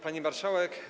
Pani Marszałek!